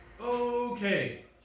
Okay